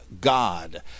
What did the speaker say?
God